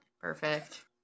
Perfect